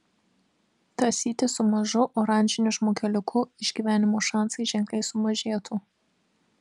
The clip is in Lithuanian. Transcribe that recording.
tąsytis su mažu oranžiniu žmogeliuku išgyvenimo šansai ženkliai sumažėtų